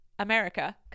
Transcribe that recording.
America